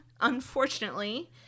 Unfortunately